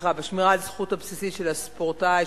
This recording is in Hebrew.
לשמירה על הזכות הבסיסית של הספורטאי,